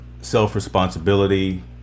self-responsibility